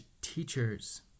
teachers